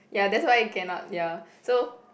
ya that's why I cannot ya so